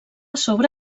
sobre